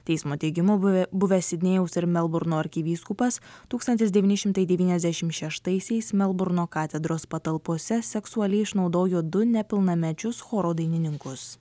teismo teigimu buvę buvęs sidnėjaus ir melburno arkivyskupas tūkstantis devyni šimtai devyniasdešimt šeštaisiais melburno katedros patalpose seksualiai išnaudojo du nepilnamečius choro dainininkus